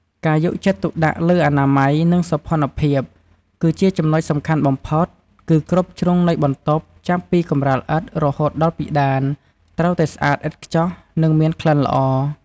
ការយកចិត្តទុកដាក់លើអនាម័យ និងសោភ័ណភាពគឺជាចំណុចសំខាន់បំផុត គឺគ្រប់ជ្រុងនៃបន្ទប់ ចាប់ពីកម្រាលឥដ្ឋ រហូតដល់ពិដាន ត្រូវតែស្អាតឥតខ្ចោះ និងមានក្លិនល្អ។